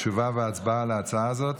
תשובה והצבעה על ההצעה הזאת,